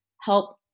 help